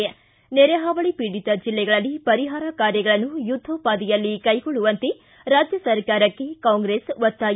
ಿ ನೆರೆ ಹಾವಳಿ ಪೀಡಿತ ಜಿಲ್ಲೆಗಳಲ್ಲಿ ಪರಿಹಾರ ಕಾರ್ಯಗಳನ್ನು ಯುದ್ದೋಪಾದಿಯಲ್ಲಿ ಕೈಗೊಳ್ಳುವಂತೆ ರಾಜ್ಯ ಸರ್ಕಾರಕ್ಕೆ ಕಾಂಗ್ರೆಸ್ ಒತ್ತಾಯ